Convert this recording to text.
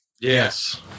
Yes